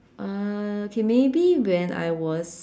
uh okay maybe when I was